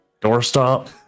doorstop